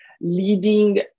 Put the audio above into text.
leading